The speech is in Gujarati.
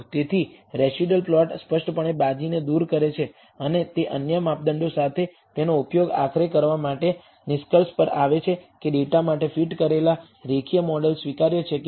તેથી રેસિડયુઅલ પ્લોટ સ્પષ્ટપણે બાજીને દૂર કરે છે અને તે અન્ય માપદંડો સાથે તેનો ઉપયોગ આખરે કરવા માટે નિષ્કર્ષ પર આવે છે કે ડેટા માટે ફીટ કરેલા રેખીય મોડેલ સ્વીકાર્ય છે કે નહીં